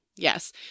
Yes